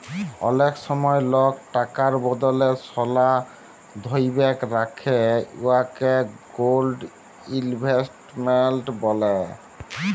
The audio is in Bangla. অলেক সময় লক টাকার বদলে সলা ধ্যইরে রাখে উয়াকে গোল্ড ইলভেস্টমেল্ট ব্যলে